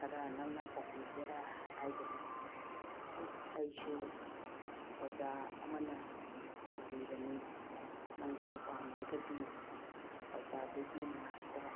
ꯈꯔ ꯅꯪꯅ ꯇꯝꯕꯤꯒꯦꯔꯥ ꯍꯥꯏꯕꯗ ꯑꯦ ꯑꯩꯁꯨ ꯑꯣꯖꯥ ꯑꯃꯅ ꯇꯝꯕꯤꯕꯅꯤ ꯅꯪꯁꯨ ꯄꯥꯝꯂꯒꯗꯤ ꯑꯣꯖꯥꯗꯨꯒꯤ ꯃꯅꯥꯛꯇ